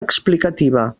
explicativa